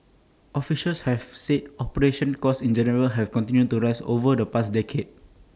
officials have said operational costs in general have continued to rise over the past decade